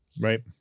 right